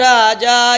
Raja